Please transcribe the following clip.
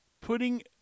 putting